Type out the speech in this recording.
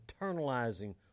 internalizing